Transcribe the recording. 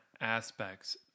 aspects